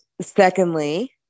secondly